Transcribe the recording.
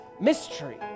mystery